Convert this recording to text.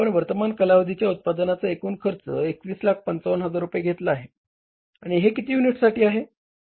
आपण वर्तमान कालावधीच्या उत्पादनाचा एकूण खर्च 2155000 रुपये घेतला आहे आणि हे किती युनिट्साठी आहे